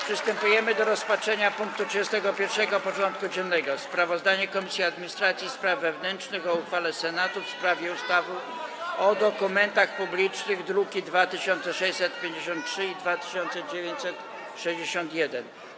Przystępujemy do rozpatrzenia punktu 31. porządku dziennego: Sprawozdanie Komisji Administracji i Spraw Wewnętrznych o uchwale Senatu w sprawie ustawy o dokumentach publicznych (druki nr 2953 i 2961)